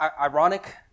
ironic